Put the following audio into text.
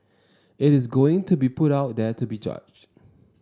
it is going to be put out there to be judged